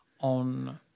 on